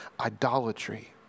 Idolatry